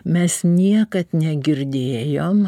mes niekad negirdėjom